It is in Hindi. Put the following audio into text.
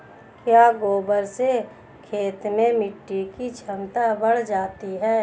क्या गोबर से खेत में मिटी की क्षमता बढ़ जाती है?